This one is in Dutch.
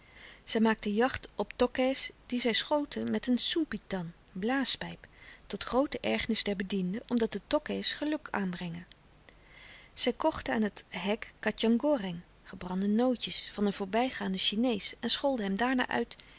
zij maakten jacht op tokkè's die zij schoten met een sopi tant blaaspijp tot groote ergernis der bedienden omdat de tokkè's geluk aanbrengen zij kochten aan het hek a ja oren gebrande ootjes van een voorbijgaanden chinees en scholden hem daarna